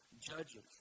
judges